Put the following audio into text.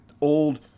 old